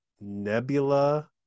Nebula